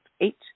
Eight